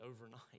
overnight